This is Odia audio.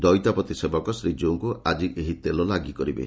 ଦୈତାପତୀ ସେବକ ଶ୍ରୀଜୀଉଙ୍କୁ ଆକି ଏହି ତେଲ ଲାଗି କରିବେ